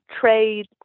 trade